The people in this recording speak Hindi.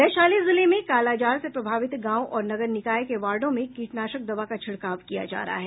वैशाली जिले में कालाजार से प्रभावित गांव और नगर निकाय के वार्डों में कीटनाशक दवा का छिड़काव किया जा रहा है